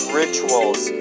rituals